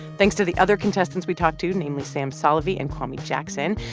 thanks to the other contestants we talked to, namely sam solovey and kwame jackson.